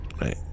Right